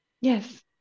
yes